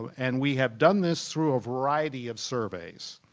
and we have done this through a variety of surveys.